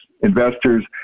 investors